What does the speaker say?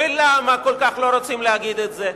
ולמה כל כך לא רוצים להגיד את זה?